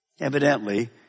Evidently